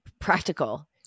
practical